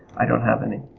i don't have any.